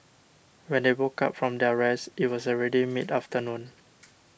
when they woke up from their rest it was already mid afternoon